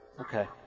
Okay